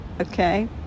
okay